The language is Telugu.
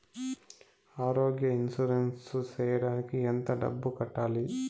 ఆరోగ్య ఇన్సూరెన్సు సేయడానికి ఎంత డబ్బుని కట్టాలి?